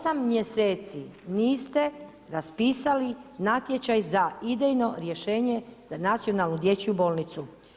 8 mjeseci niste raspisali natječaj za idejno rješenje za nacionalnu dječju bolnicu.